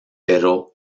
pero